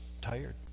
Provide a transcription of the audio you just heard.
tired